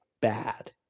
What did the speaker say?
bad